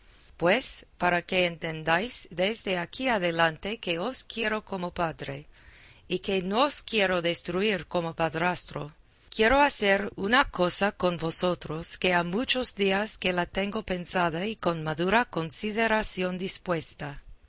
pues para que entendáis desde aquí adelante que os quiero como padre y que no os quiero destruir como padrastro quiero hacer una cosa con vosotros que ha muchos días que la tengo pensada y con madura consideración dispuesta